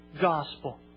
gospel